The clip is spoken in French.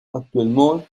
actuellement